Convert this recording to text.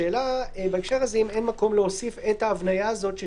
השאלה בהקשר הזה אם אין מקום להוסיף את ההבניה הזאת של